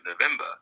November